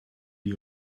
die